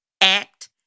act